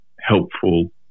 helpful